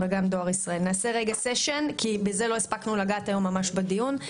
לא ממש הספקנו לגעת בזה בדיון היום,